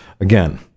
Again